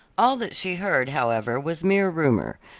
all that she heard, however, was mere rumor,